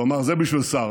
והוא אמר: זה בשביל שרה,